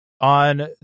on